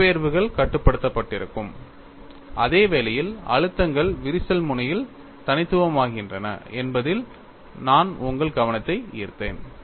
இடப்பெயர்வுகள் கட்டுப்படுத்தப்பட்டிருக்கும் அதே வேளையில் அழுத்தங்கள் விரிசல் முனையில் தனித்துவமாகின்றன என்பதில் நான் உங்கள் கவனத்தை ஈர்த்தேன்